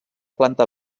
planta